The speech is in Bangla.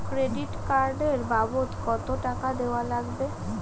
ক্রেডিট কার্ড এর বাবদ কতো টাকা দেওয়া লাগবে?